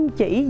chỉ